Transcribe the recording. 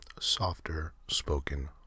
softer-spoken